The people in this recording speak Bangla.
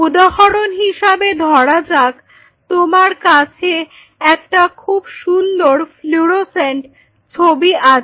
উদাহরণ হিসেবে ধরা যাক তোমার কাছে একটা খুব সুন্দর ফ্লুরোসেন্ট ছবি আছে